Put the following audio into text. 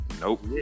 Nope